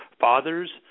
fathers